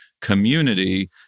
community